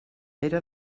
era